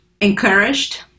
encouraged